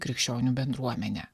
krikščionių bendruomenę